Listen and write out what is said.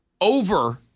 over